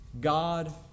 God